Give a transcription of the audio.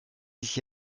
sich